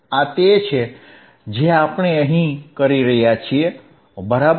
આ તે છે જે આપણે અહીં કરી રહ્યા છીએ બરાબર